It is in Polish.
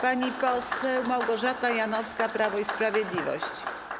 Pani poseł Małgorzata Janowska, Prawo i Sprawiedliwość.